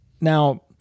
Now